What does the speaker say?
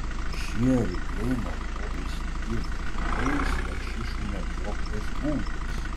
šie rykliai naudojasi įvairiais lašišų medžioklės būdais